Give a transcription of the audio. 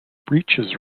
breeches